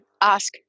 ask